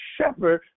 shepherd